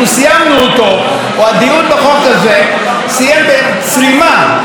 או הדיון בחוק הזה סיים בצרימה את הכנס ההוא,